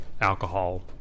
alcohol